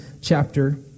chapter